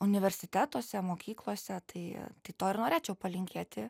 universitetuose mokyklose tai tai to ir norėčiau palinkėti